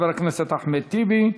חבר הכנסת אחמד טיבי.